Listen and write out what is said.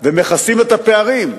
ומכסים את הפערים?